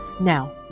Now